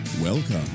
Welcome